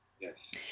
Yes